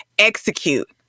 execute